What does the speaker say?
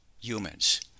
humans